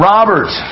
Robert